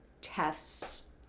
tests